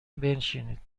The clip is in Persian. بنشینید